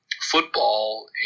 football